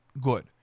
good